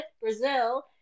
Brazil